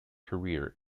career